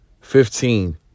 fifteen